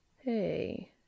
Hey